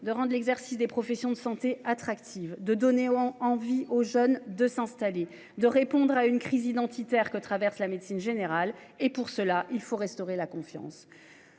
de rendent l'exercice des professions de santé attractive de donner envie aux jeunes de s'installer, de répondre à une crise identitaire que traverse la médecine générale et pour cela il faut restaurer la confiance.